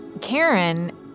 Karen